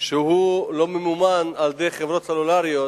שהוא לא ממומן על-ידי חברות סלולריות,